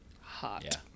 hot